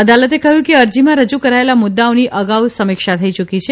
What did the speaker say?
અદાલતે કહ્યું કે અરજીમાં રજૂ કરાચેલા મુદ્દાઓની અગાઉ સમિક્ષા થઇ યૂકી છે